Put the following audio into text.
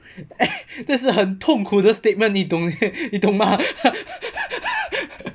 这是很痛苦的 statement 你懂你懂吗